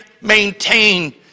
maintain